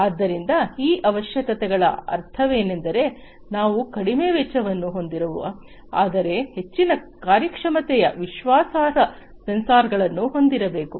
ಆದ್ದರಿಂದ ಈ ಅವಶ್ಯಕತೆಗಳ ಅರ್ಥವೇನೆಂದರೆ ನಾವು ಕಡಿಮೆ ವೆಚ್ಚವನ್ನು ಹೊಂದಿರುವ ಆದರೆ ಹೆಚ್ಚಿನ ಕಾರ್ಯಕ್ಷಮತೆಯ ವಿಶ್ವಾಸಾರ್ಹ ಸೆನ್ಸಾರ್ಗಳನ್ನು ಹೊಂದಿರಬೇಕು